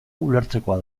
ulertzekoa